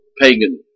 pagan